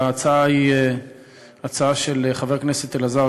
ההצעה היא הצעה של חבר הכנסת אלעזר